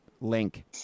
link